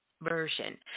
version